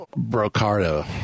Brocardo